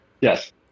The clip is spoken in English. yes